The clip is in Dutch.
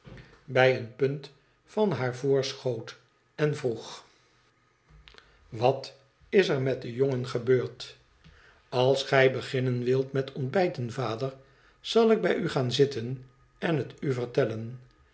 bij een punt van haar voorschoot en vroeg wat is er met den jongen gebeurd ab gij beginnen wilt met ontbijten vader zal ik bij u gaan zitten en het n vertellen